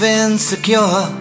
insecure